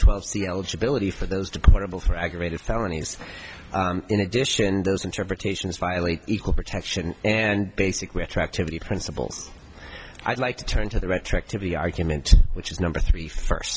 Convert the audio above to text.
eligibility for those deplorable for aggravated felonies in addition those interpretations violate equal protection and basically attractively principles i'd like to turn to the retroactively argument which is number three